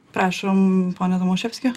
prašom pone tomoševski